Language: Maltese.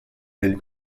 lil